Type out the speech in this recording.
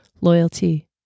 loyalty